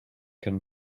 can